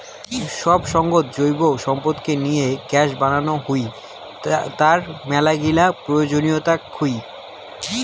সব সঙ্গত জৈব সম্পদকে চিয়ে গ্যাস বানানো হই, তার মেলাগিলা প্রয়োজনীয়তা থুই